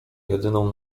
jedyną